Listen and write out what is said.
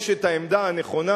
יש העמדה הנכונה,